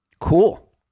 cool